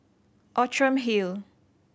Outram Hill